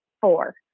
four